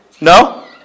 no